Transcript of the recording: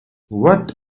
what